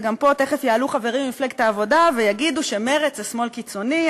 וגם פה תכף יעלו חברים ממפלגת העבודה ויגידו שמרצ זה שמאל קיצוני,